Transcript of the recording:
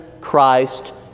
Christ